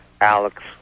Alex